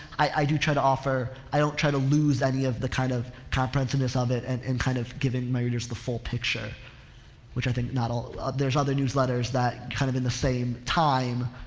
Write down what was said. i, i do try to offer, i don't try to lose any of the kind of comprehensiveness of it and, and kind of giving my readers the full picture which i think not all there's other newsletters that are kind of in the same time,